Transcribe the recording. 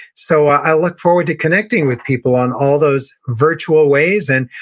so i look forward to connecting with people on all those virtual ways, and,